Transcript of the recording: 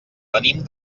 venim